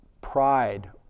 pride